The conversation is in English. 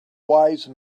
wise